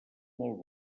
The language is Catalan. molt